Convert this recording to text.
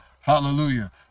hallelujah